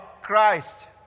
Christ